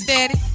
Daddy